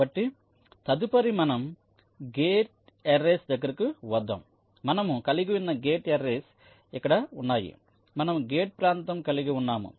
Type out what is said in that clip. కాబట్టి తదుపరి మనం గేట్ అర్రేస్ దగ్గరకు వద్దాం మనము కలిగియున్న గేట్ అర్రేస్ ఇక్కడ ఉన్నాయి మనము గేట్ ప్రాంతం కలిగి ఉన్నాము